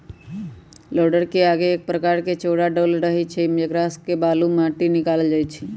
लोडरके आगे एक प्रकार के चौरा डोल रहै छइ जेकरा से बालू, माटि निकालल जाइ छइ